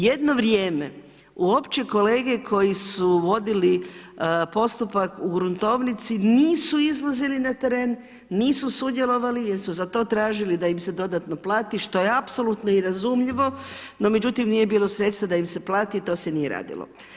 Jedno vrijeme uopće kolege koji su vodili postupak u gruntovnici nisu izlazili na teren, nisu sudjelovali jer su za to tražili da im se dodatno plati što je apsolutno i razumljivo, no međutim nije bilo sredstva da im se plati i to se nije radilo.